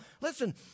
Listen